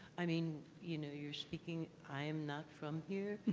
i mean, you know, you're speaking. i am not from here,